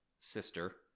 sister